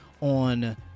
on